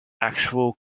actual